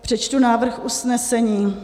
Přečtu návrh usnesení: